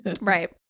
Right